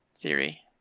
theory